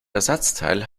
ersatzteil